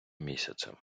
місяцем